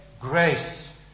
grace